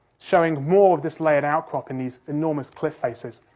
showing more of this layered outcrop and these enormous cliff faces.